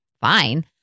fine